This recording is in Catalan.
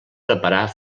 preparar